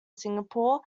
singapore